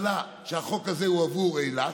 שהחוק הזה הוא עבור אילת,